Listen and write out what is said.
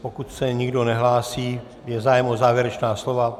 Pokud se nikdo nehlásí, je zájem o závěrečná slova?